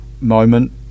moment